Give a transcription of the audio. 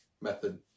method